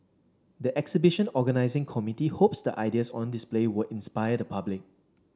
the exhibition organising committee hopes the ideas on display would inspire the public